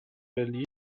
berlin